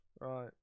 Right